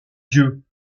dieu